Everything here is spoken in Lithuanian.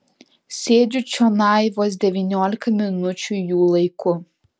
sėdžiu čionai vos devyniolika minučių jų laiku